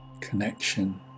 connection